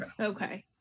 okay